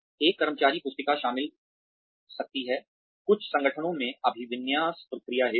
एक कर्मचारी पुस्तिका शामिल सकती हैं कुछ संगठनों में अभिविन्यास प्रक्रिया हेतु